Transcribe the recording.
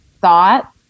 Thought